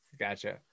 Gotcha